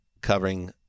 covering